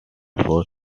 before